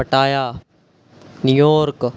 Pattaya New York